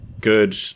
good